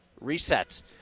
resets